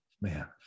man